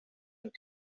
and